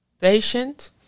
patient